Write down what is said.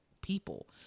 people